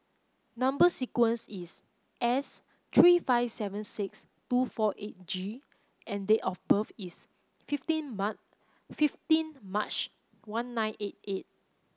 number sequence is S three five seven six two four eight G and date of birth is fifteen fifteen March one nine eight eight